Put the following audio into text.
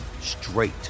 straight